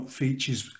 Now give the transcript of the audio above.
features